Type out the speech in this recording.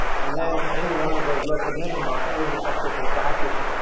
and then any one of those local minima is effectively a vacuum.